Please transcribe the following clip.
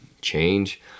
change